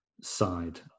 side